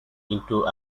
into